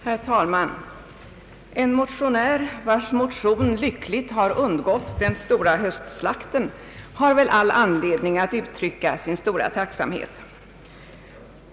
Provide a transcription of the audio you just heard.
Herr talman! En motionär vars motion lyckligt har undgått den stora höstslakten har väl all anledning att uttrycka sin stora tacksamhet!